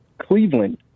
Cleveland